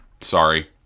sorry